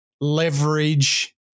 leverage